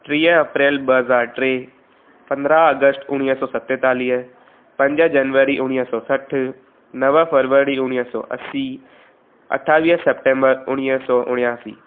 टीह अप्रैल ॿ हज़ार टे पंद्रहं अगस्त उणिवीह सौ सतेतालीह पंज जनवरी उणिवींह सौ सठि नव फरवरी उणिवीह सौ असीं अठावीह सेप्टम्बर उणिवीह सौ उणासी